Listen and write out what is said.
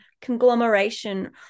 conglomeration